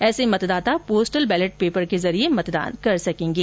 ऐसे मतदाता postal ballot paper के जरिए मतदान कर सकेंगे